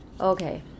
Okay